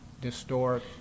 distort